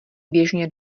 běžně